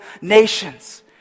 nations